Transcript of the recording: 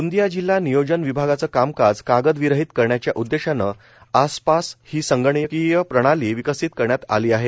गोंदिया जिल्हा नियोजन विभागाचे कामकाज कागदविरहित करण्याच्या उद्देशाने आय पास ही संगणकीय प्रणाली विकसित करण्यात आली आहे